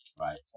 right